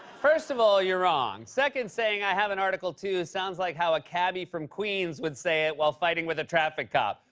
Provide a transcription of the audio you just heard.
first of all, you're wrong. second, saying, i have an article ii sounds like how a cabbie from queens would say it while fighting with a traffic cop.